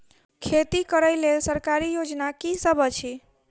खेती करै लेल सरकारी योजना की सब अछि?